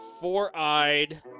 four-eyed